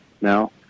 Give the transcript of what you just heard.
now